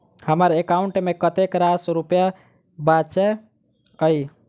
हम्मर एकाउंट मे कतेक रास रुपया बाचल अई?